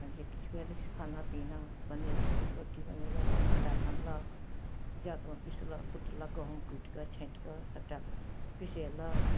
आओर जे किछु भेलै से खाना पिना बने रोटी बनेलक आओर आटा सानलक जाँतमे पिसलक कुटलक गहूम कुटिके छाँटिके सबटा पिसेलक